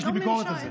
יש לי ביקורת על זה.